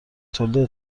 تولید